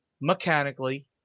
mechanically